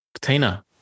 Tina